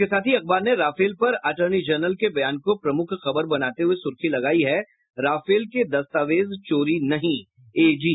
इसके साथ ही अखबार ने राफेल पर अटर्नी जनरल के बयान को प्रमुख खबर बनाते हुये सुर्खी लगायी है राफेल के दस्तावेज चोरी नहीं एजी